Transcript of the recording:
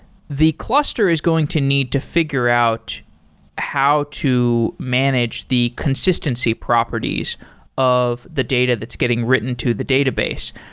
the cluster is going to need to figure out how to manage the consistency properties of the data that's getting written to the database.